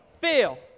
Fail